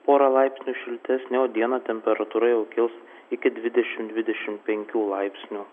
pora laipsnių šiltesnė o dieną temperatūra jau kils iki dvidešimt dvidešimt penkių laipsnių